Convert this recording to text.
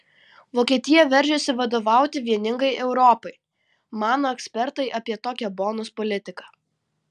vokietija veržiasi vadovauti vieningai europai mano ekspertai apie tokią bonos politiką